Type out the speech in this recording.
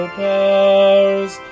powers